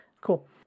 Cool